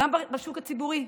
גם בשוק הפרטי.